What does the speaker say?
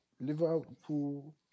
Liverpool